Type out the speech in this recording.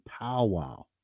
powwow